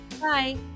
Bye